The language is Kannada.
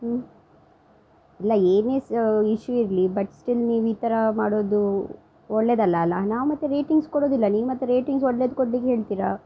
ಹ್ಞೂ ಅಲ್ಲಾ ಏನೇ ಇಶ್ಯೂ ಇರಲಿ ಬಟ್ ಸ್ಟಿಲ್ ನೀವು ಈ ಥರ ಮಾಡೋದು ಒಳ್ಳೆದಲ್ಲ ಅಲ್ಲಾ ನಾವು ಮತ್ತು ರೇಟಿಂಗ್ಸ್ ಕೊಡೋದಿಲ್ಲ ನೀವು ಮತ್ತು ರೇಟಿಂಗ್ಸ್ ಒಳ್ಳೆದು ಕೊಡಬೇಕು ಹೇಳ್ತಿರಾ